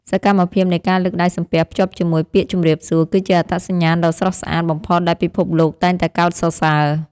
សកម្មភាពនៃការលើកដៃសំពះភ្ជាប់ជាមួយពាក្យជម្រាបសួរគឺជាអត្តសញ្ញាណដ៏ស្រស់ស្អាតបំផុតដែលពិភពលោកតែងតែកោតសរសើរ។